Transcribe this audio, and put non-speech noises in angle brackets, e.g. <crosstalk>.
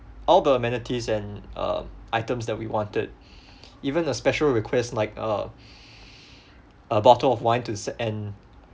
all the amenities and um items that we wanted <breath> even the special request like uh <breath> a bottle of wine to send